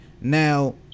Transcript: now